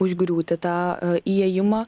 užgriūti tą įėjimą